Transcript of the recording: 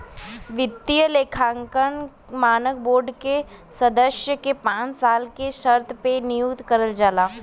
वित्तीय लेखांकन मानक बोर्ड के सदस्य के पांच साल के शर्त पे नियुक्त करल जाला